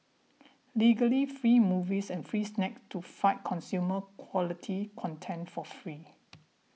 legally free movies and free snacks to fight consume quality content for free